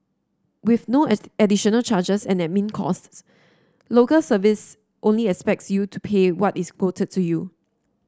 with no at additional charges and admin costs local service only expects you to pay what is quoted to you